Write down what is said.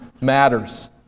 matters